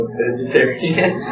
vegetarian